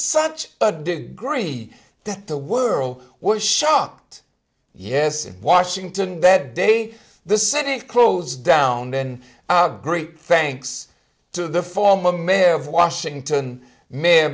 such a degree that the world was shocked yes in washington that day the senate closed down in great thanks to the former mayor of washington ma